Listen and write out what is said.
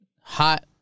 hot